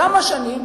כמה שנים?